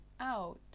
out